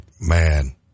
man